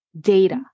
data